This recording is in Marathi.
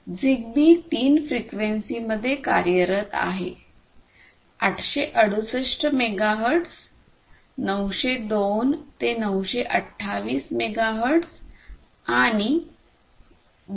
झिगबी तीन फ्रिक्वेन्सीमध्ये कार्यरत आहेः 868 मेगाहेर्ट्झ 902 ते 928 मेगाहर्ट्ज आणि 2